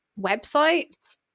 websites